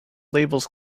labels